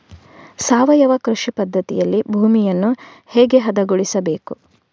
ಸಾವಯವ ಕೃಷಿ ಪದ್ಧತಿಯಲ್ಲಿ ಭೂಮಿಯನ್ನು ಹೇಗೆ ಹದಗೊಳಿಸಬೇಕು?